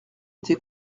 été